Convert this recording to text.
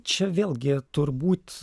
čia vėlgi turbūt